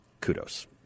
kudos